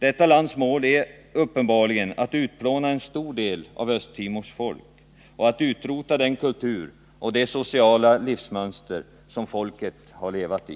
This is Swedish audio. Detta lands mål är uppenbarligen att utplåna en stor del av Östtimors folk och att utrota den kultur och det sociala livsmönster som folket har levat i.